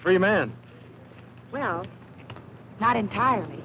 free man well not entirely